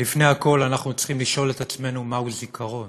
ולפני הכול אנחנו צריכים לשאול את עצמנו מהו זיכרון,